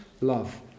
love